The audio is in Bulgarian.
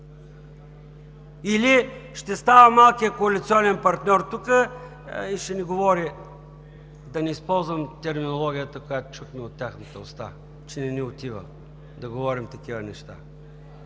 Или ще става малкият коалиционен партньор тук и ще ни говори – да не използвам терминологията, която чухме от тяхната уста – че не ни отива да говорим такива неща.